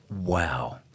Wow